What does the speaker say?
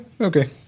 okay